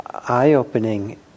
eye-opening